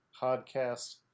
podcast